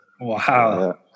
Wow